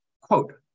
quote